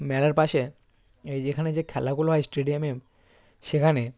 মেলার পাশে এই যেখানে যে খেলাগুলো হয় স্টেডিয়ামে সেখানে